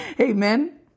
Amen